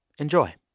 enjoy